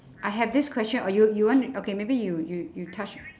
I have this question or you you want to okay maybe you you you touch